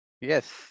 Yes